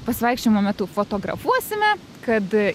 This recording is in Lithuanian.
pasivaikščiojimo metu fotografuosime kad